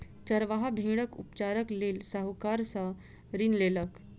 चरवाहा भेड़क उपचारक लेल साहूकार सॅ ऋण लेलक